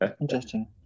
Interesting